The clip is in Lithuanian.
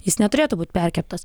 jis neturėtų būt perkeptas